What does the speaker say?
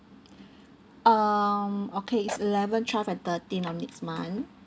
um okay it's eleven twelve and thirteen of next month